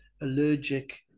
allergic